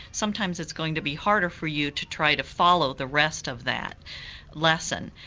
sometimes it's going to be harder for you to try to follow the rest of that lesson.